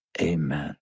Amen